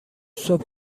صبح